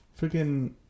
freaking